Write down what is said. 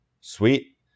Sweet